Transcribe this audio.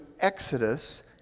Exodus